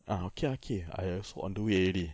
ah okay ah okay I also on the way already